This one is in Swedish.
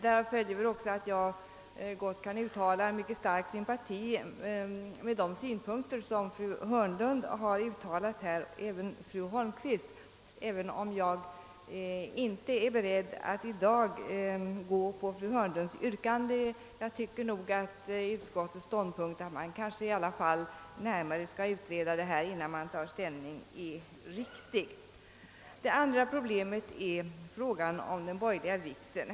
Därav följer också att jag gott kan uttala en mycket stark sympati för de synpunkter som fru Hörnlund, och även fru Holmqvist, har framfört här, trots att jag inte är beredd att i dag instämma i fru Hörnlunds yrkande. Jag tycker nog att utskottets ståndpunkt, att man kanske i alla fall bör närmare utreda frågan innan man tar ställning, är riktig. Det andra problemet är frågan om den borgerliga vigseln.